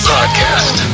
Podcast